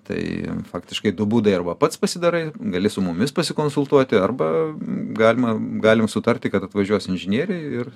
tai faktiškai du būdai arba pats pasidarai gali su mumis pasikonsultuoti arba galima galim sutarti kad atvažiuos inžinieriai ir